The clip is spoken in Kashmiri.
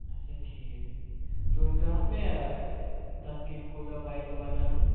اَچھا ٹھیٖک تُہۍ ؤنۍ تَو حظ مےٚ تَتھ کیٛاہ کوٗتاہ پایپہٕ لگان